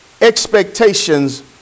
expectations